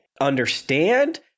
understand